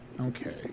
Okay